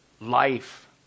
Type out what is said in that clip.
life